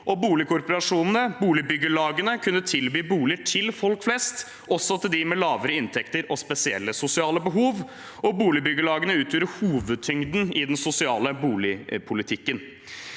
Boligkooperasjonene, boligbyggelagene, kunne tilby boliger til folk flest, også til dem med lavere inntekter og spesielle sosiale behov. Boligbyggelagene utgjorde hovedtyngden av den sosiale boligpolitikken.